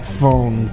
phone